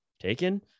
taken